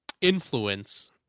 influence